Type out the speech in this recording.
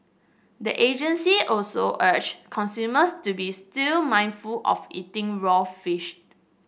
the agency also urged consumers to be still mindful of eating raw fish